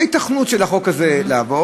ההיתכנות של החוק הזה לעבור,